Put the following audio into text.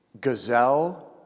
gazelle